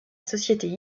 société